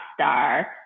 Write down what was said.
star